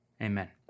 amen